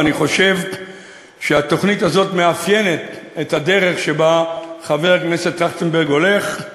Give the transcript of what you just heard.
ואני חושב שהתוכנית הזאת מאפיינת את הדרך שבה חבר הכנסת טרכטנברג הולך.